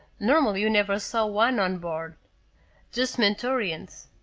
normally you never saw one on board just mentorians.